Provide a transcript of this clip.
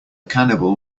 cannibal